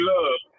Love